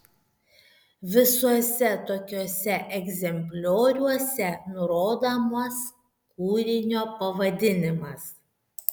visuose tokiuose egzemplioriuose nurodomas kūrinio pavadinimas